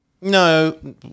No